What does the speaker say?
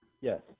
Yes